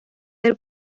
del